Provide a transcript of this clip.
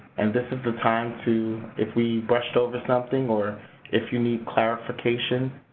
and this is the time to if we brushed over something or if you need clarification,